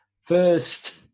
first